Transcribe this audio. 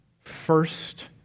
first